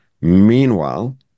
Meanwhile